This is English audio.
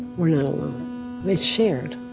we're not alone. it's shared,